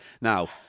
now